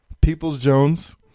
Peoples-Jones